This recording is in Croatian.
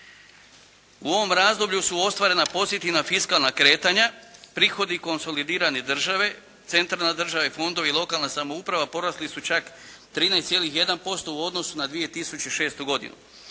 U ovom razdoblju su ostvarena pozitivna fiskalna kretanja, prihodi konsolidirane države, centralne države, fondovi, lokalna samouprava porasli su čak 13,1% u odnosu na 2006. godinu.